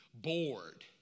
bored